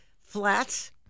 flats